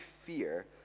fear